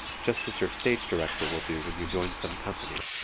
just as your stage director will do when you join some company.